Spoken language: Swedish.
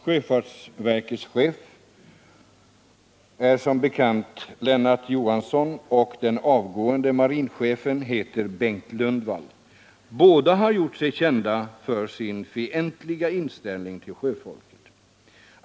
Sjöfartsverkets chef är som bekant Lennart Johansson, och den avgångne marinchefen heter Bengt Lundvall. Båda har gjort sig kända för sin fientliga inställning till sjöfolket.